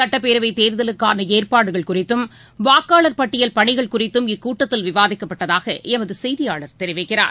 சுட்டப்பேரவைத் தேர்தலுக்கான ஏற்பாடுகள் குறித்தும் வாக்காளர் பட்டியல் பணிகள் குறித்தும் இக்கூட்டத்தில் விவாதிக்கப்பட்டதாக எமது செய்தியாளர் தெரிவிக்கிறார்